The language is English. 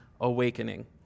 awakening